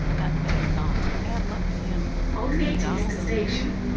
that vagabond, bad luck to him you mean donald o'neary?